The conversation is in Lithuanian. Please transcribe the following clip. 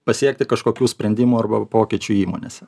pasiekti kažkokių sprendimų arba pokyčių įmonėse